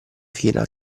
fina